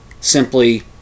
simply